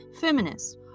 feminist